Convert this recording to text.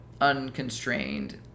unconstrained